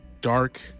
dark